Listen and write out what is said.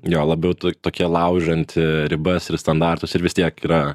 jo labiau tu tokia laužanti ribas ir standartus ir vis tiek yra